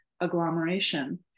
agglomeration